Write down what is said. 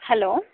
hello